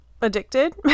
addicted